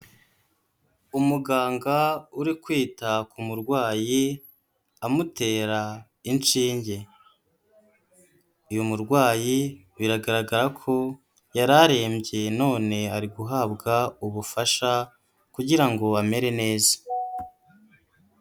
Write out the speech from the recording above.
Umuganga uri kwita ku murwayi, amutera inshinge, uyu murwayi biragaragara ko yari arembye none ari guhabwa ubufasha kugira ngo amere neza.